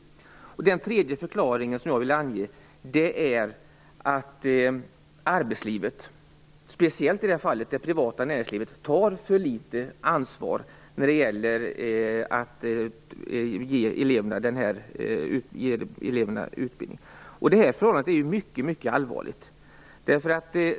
Den tredje förklaring som jag vill ange är att arbetslivet, speciellt i det här fallet det privata näringslivet, tar för litet ansvar för att ge eleverna utbildning. Det är mycket allvarligt.